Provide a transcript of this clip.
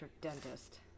dentist